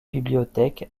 bibliothèques